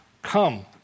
come